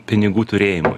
pinigų turėjimui